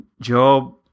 Job